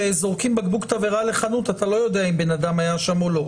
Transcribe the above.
וכשזורקים בקבוק תבערה לחנות אתה לא יודע אם בן אדם היה שם או לא,